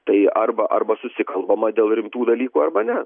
tai arba arba susikalbama dėl rimtų dalykų arba ne